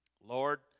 Lord